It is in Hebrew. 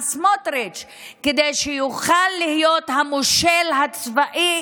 סמוטריץ' כדי שיוכל להיות המושל הצבאי,